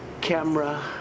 camera